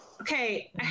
okay